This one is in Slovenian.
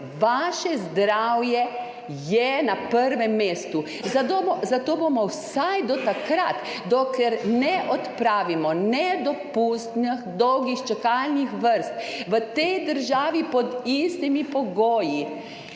vaše zdravje je na prvem mestu, zato bomo vsaj do takrat, dokler ne odpravimo nedopustno dolgih čakalnih vrst, v tej državi pod istimi pogoji